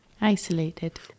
Isolated